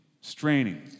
straining